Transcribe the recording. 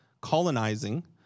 colonizing